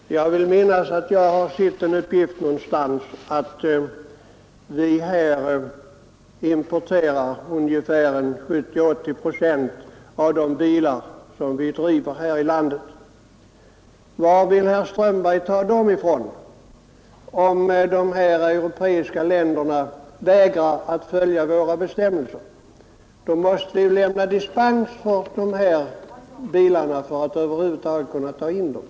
Herr talman! Jag vill minnas att jag har sett en uppgift någonstans om att vi till 70 å 80 procent importerar de bilar vi använder här i landet. Varifrån vill herr Strömberg ta dem, om de europeiska länderna vägrar att följa våra bestämmelser? Då måste vi lämna dispens åt bilar från dessa länder för att över huvud taget kunna ta in dem.